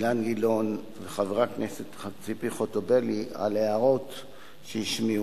ואילן גילאון ולחברת הכנסת ציפי חוטובלי על ההערות שהשמיעו,